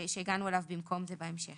שהגענו אליו במקום זה בהמשך.